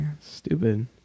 Stupid